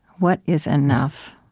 what is enough?